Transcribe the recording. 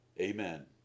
Amen